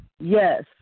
Yes